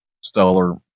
stellar